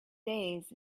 days